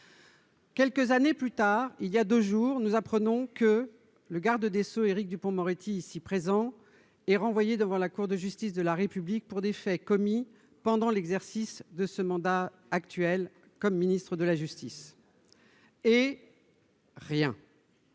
Quelques années plus tard, il y a 2 jours, nous apprenons que le garde des Sceaux, Éric Dupond-Moretti ici présent et renvoyé devant la Cour de justice de la République pour des faits commis pendant l'exercice de ce mandat actuel comme ministre de la justice et rien.